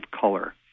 color